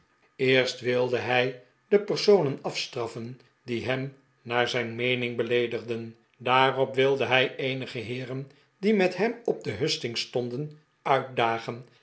eerst wilde hij de personen afstraffen die hem naar zijn meening beleedigden daarop wilde hij eenige heeren die met hem op de hustings stonden uitdagen